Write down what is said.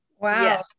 Wow